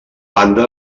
banda